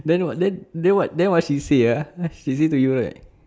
then what then then what then what she say ah she say to you right